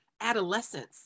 adolescence